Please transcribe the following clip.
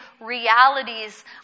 realities